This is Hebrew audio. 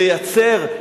לייצר,